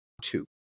two